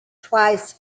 twice